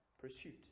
pursuit